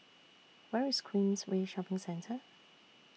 Where IS Queensway Shopping Centre